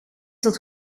zat